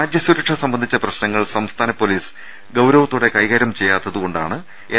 രാജ്യസുരക്ഷ സംബന്ധിച്ച പ്രശ്നങ്ങൾ സംസ്ഥാന പൊലീസ് ഗൌരവത്തോടെ കൈകാര്യം ചെയ്യാത്തത് കൊണ്ടാണ് എൻ